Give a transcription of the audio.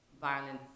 violence